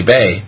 Bay